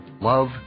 love